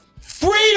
Freedom